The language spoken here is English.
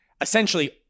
essentially